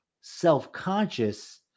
self-conscious